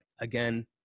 again